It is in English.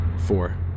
Four